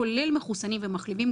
כולל מחוסנים ומחלימים,